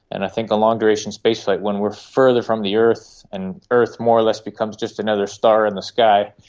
and i think on a long-duration spaceflight when we are further from the earth and earth more or less becomes just another star in the sky,